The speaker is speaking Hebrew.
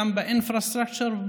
גם ב-infrastructure,